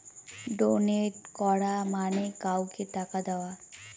donate করা মানে কাউকে টাকা দেওয়া